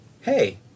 hey